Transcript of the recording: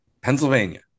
Pennsylvania